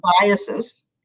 biases